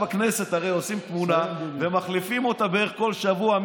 עכשיו בכנסת עושים תמונה ומחליפים אותה בערך כל שבוע,